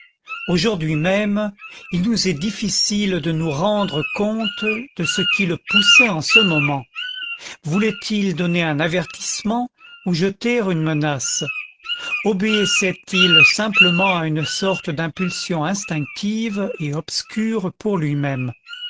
aujourd'hui même il nous est difficile de nous rendre compte de ce qui le poussait en ce moment voulait-il donner un avertissement ou jeter une menace obéissait il simplement à une sorte d'impulsion instinctive et obscure pour lui-même